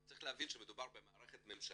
צריך להבין שמדובר במערכת ממשלתית,